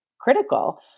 critical